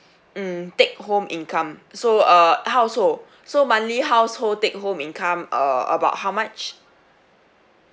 mm take home income so uh household so monthly household take home income uh about how much